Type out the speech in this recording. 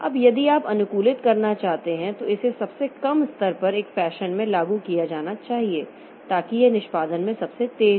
अब यदि आप यह अनुकूलित करना चाहते हैं कि इसे सबसे कम स्तर पर एक फैशन में लागू किया जाना चाहिए ताकि यह निष्पादन में सबसे तेज हो